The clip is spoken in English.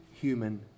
human